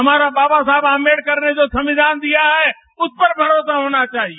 हमारा वाबा साहबआम्बेडकर ने जो संविधान दिया है उसपर भरोसा होना चाहिए